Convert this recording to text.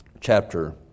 chapter